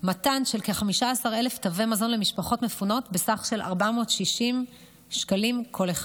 מתן של כ-15,000 תווי מזון למשפחות מפונות בסך 460 שקלים כל אחד.